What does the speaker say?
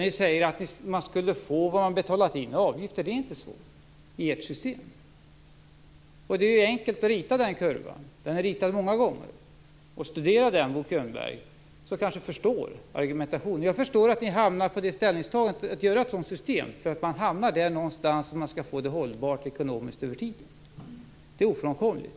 Ni säger att man skulle få vad man har betalat in i avgifter, men det är inte så i ert system. Det är enkelt att rita den kurvan. Den är ritad många gånger. Studera den, Bo Könberg! Då kanske Bo Könberg förstår argumentationen. Jag förstår att ni hamnar i ställningstagandet att ni gör ett sådant system. Man hamnar nämligen där någonstans om man skall få det hållbart ekonomiskt över tiden. Det är ofrånkomligt.